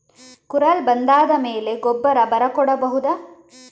ಕುರಲ್ ಬಂದಾದ ಮೇಲೆ ಗೊಬ್ಬರ ಬರ ಕೊಡಬಹುದ?